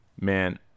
Man